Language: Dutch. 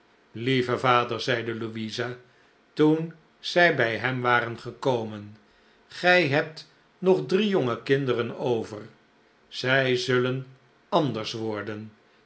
lieve vader zeide louisa toen zij bij hem waren gekomen gij hebt nog drie jonge kinderen over zij zullen anders worden